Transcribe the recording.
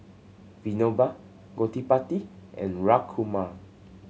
Vinoba Gottipati and Raghuram